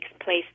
place